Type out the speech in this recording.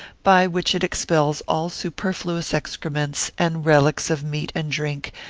by which it expels all superfluous excrements, and relics of meat and drink,